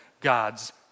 God's